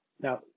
Now